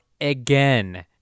again